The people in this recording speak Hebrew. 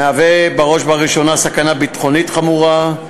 מהווה בראש ובראשונה סכנה ביטחונית חמורה,